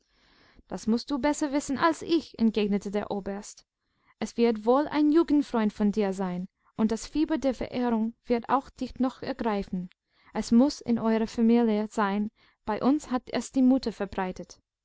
das mußt du besser wissen als ich entgegnete der oberst es wird wohl ein jugendfreund von dir sein und das fieber der verehrung wird auch dich noch ergreifen es muß in eurer familie sein bei uns hat es die mutter verbreitet